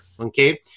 Okay